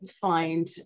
find